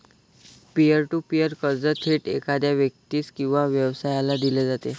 pier to peer कर्ज थेट एखाद्या व्यक्तीस किंवा व्यवसायाला दिले जाते